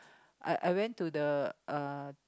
I I went to the uh